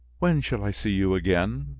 when shall i see you again?